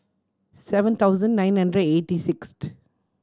seven thousand nine hundred eighty sixth